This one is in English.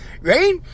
right